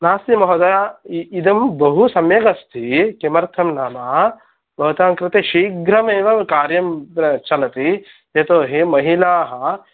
नास्ति महोदय इदं बहु सम्यगस्ति किमर्थं नाम भवतां कृते शीघ्रमेव कार्यं तत्र चलति यतोहि महिलाः